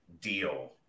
deal